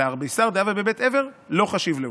אלא: ארביסר דהוה בבית עבר לא חשיב להו.